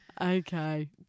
Okay